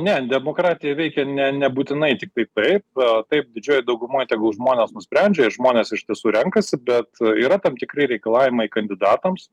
ne demokratija veikia ne nebūtinai tiktai taip taip didžioji dauguma tegul žmonės nusprendžia ir žmonės iš tiesų renkasi bet yra tam tikri reikalavimai kandidatams